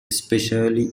especially